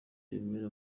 remera